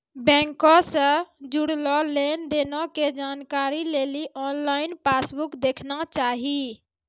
बैंको से जुड़लो लेन देनो के जानकारी लेली आनलाइन पासबुक देखना चाही